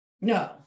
no